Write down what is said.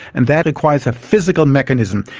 and that requires a physical mechanism.